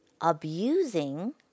abusing